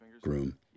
groom